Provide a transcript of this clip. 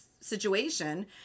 situation